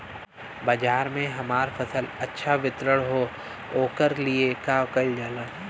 बाजार में हमार फसल अच्छा वितरण हो ओकर लिए का कइलजाला?